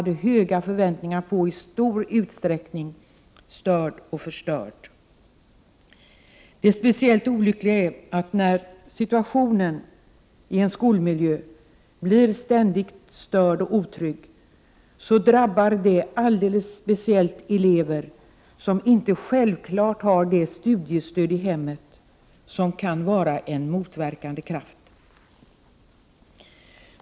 Detta gäller inte minst elever som är litet tillbakadragna, sårbara och blyga. Det olyckliga är att när situationen i skolmiljön blir ständigt störd och otrygg, drabbar det speciellt elever som inte självklart har det studiestöd i hemmet som kan vara en motverkande kraft.